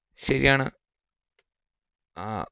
ശരിയാണ്